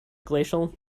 glacial